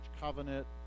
Covenant